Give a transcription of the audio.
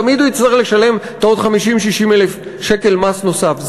תמיד הוא יצטרך לשלם עוד 50,000 60,000 שקל מס נוסף.